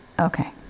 Okay